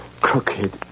crooked